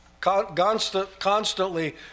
constantly